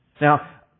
Now